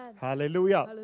hallelujah